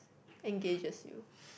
engages you